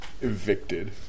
evicted